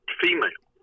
female